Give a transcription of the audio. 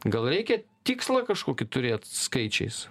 gal reikia tikslą kažkokį turėt skaičiais